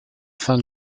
san